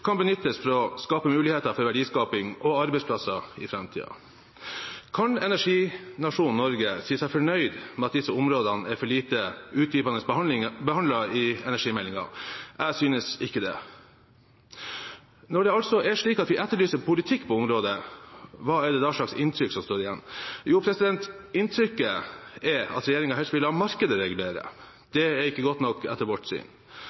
kan benyttes for å skape muligheter for verdiskaping og arbeidsplasser i framtiden? Kan energinasjonen Norge si seg fornøyd med at disse områdene er for lite utdypende behandlet i energimeldingen? Jeg synes ikke det. Når det er slik at vi etterlyser politikk på området, hva er det da slags inntrykk som står igjen? Jo, inntrykket er at regjeringen helst vil la markedet regulere. Det er ikke godt nok etter vårt syn,